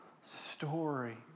story